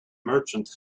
merchant